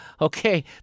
okay